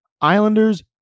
islanders